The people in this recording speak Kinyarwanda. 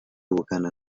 ubukana